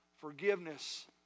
Forgiveness